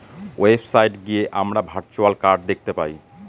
website গিয়ে আমরা virtual card দেখতে পাই